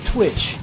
Twitch